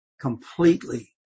completely